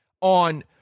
on